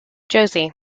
josie